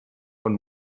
von